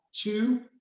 Two